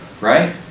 right